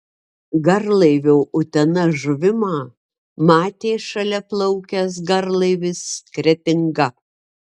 garlaivio utena žuvimą matė šalia plaukęs garlaivis kretinga